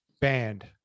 banned